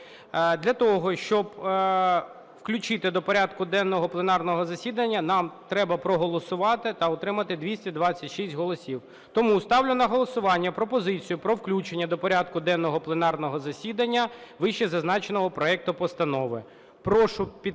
Для того, щоб включити до порядку денного пленарного засідання, нам треба проголосувати та отримати 226 голосів. Тому ставлю на голосування пропозицію про включення до порядку денного пленарного засідання вищезазначеного проекту постанови.